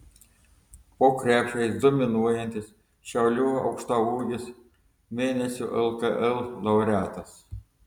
po krepšiais dominuojantis šiaulių aukštaūgis mėnesio lkl laureatas